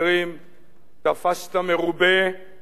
תפסת מרובה לא תפסת,